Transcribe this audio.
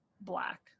black